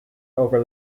over